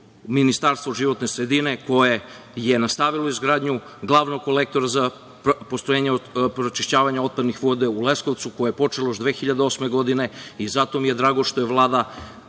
Ministarstvo životne sredine koje je nastavilo izgradnju glavnog kolektora za pročišćavanje otpadnih voda u Leskovcu, a koje je počelo još 2008. godine i zato mi je drago što je Vlada